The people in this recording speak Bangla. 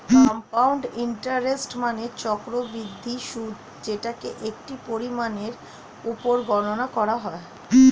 কম্পাউন্ড ইন্টারেস্ট মানে চক্রবৃদ্ধি সুদ যেটাকে একটি পরিমাণের উপর গণনা করা হয়